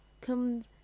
comes